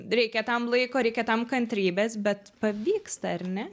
reikia tam laiko reikia tam kantrybės bet pavyksta ar ne